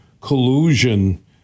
collusion